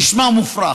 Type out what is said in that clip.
נשמע מופרך.